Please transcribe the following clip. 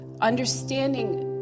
understanding